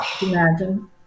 Imagine